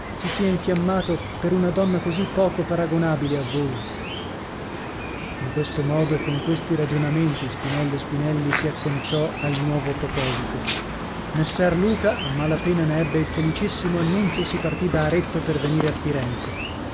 si sia infiammato per una donna così poco paragonabile a voi in questo modo e con questi ragionamenti spinello spinelli si acconciò al nuovo proposito messer luca a mala pena ne ebbe il felicissimo annunzio si partì da arezzo per venire a firenze